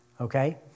okay